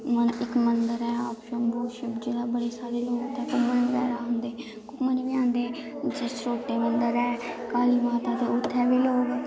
इक मन्दर ऐ आप शम्बू शिवजी दे बड़े सारे लोग उत्थें घूमन बगैरा आंदे घूमने बी आंदे जसरोटे मन्दर ऐ काली माता दा उत्थें बी लोग